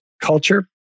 culture